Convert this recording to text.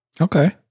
Okay